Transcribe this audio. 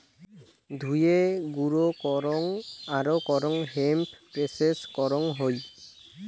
ধুয়ে, গুঁড়ো করং আরো করং হেম্প প্রেসেস করং হই